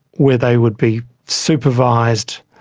where they would be supervised,